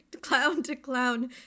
clown-to-clown